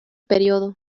periodo